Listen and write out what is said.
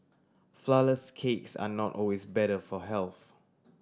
flourless cakes are not always better for health